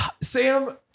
Sam